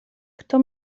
kto